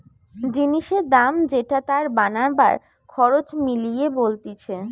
জিনিসের দাম যেটা তার বানাবার খরচ মিলিয়ে বলতিছে